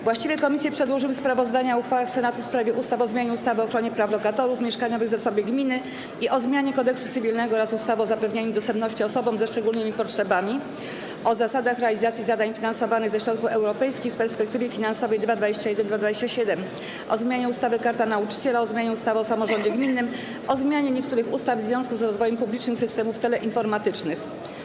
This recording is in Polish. Właściwe komisje przedłożyły sprawozdania o uchwałach Senatu w sprawie ustaw: - o zmianie ustawy o ochronie praw lokatorów, mieszkaniowym zasobie gminy i o zmianie Kodeksu cywilnego oraz ustawy o zapewnianiu dostępności osobom ze szczególnymi potrzebami, - o zasadach realizacji zadań finansowanych ze środków europejskich w perspektywie finansowej 2021-2027, - o zmianie ustawy - Karta Nauczyciela, - o zmianie ustawy o samorządzie gminnym, - o zmianie niektórych ustaw w związku z rozwojem publicznych systemów teleinformatycznych.